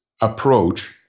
approach